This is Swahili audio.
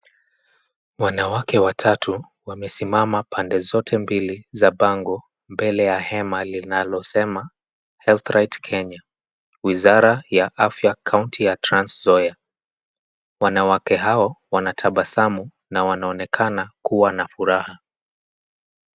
Wanawake watatu wamesimama pande zote mbili za bango mbele ya hema linalosema Health Right Kenya Wizara ya Afya Kaunti ya Trans Nzoia. Wanawake hao wanatabasamu na wanaonekana kuwa na furaha.